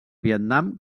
vietnam